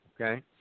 Okay